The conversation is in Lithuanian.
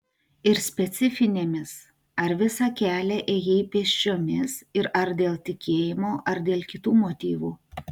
ir specifinėmis ar visą kelią ėjai pėsčiomis ir ar dėl tikėjimo ar dėl kitų motyvų